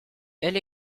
elles